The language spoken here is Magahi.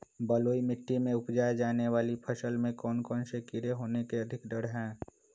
बलुई मिट्टी में उपजाय जाने वाली फसल में कौन कौन से कीड़े होने के अधिक डर हैं?